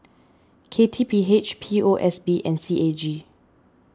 K T P H P O S B and C A G